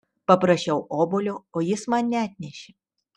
paprašiau obuolio o jis man neatnešė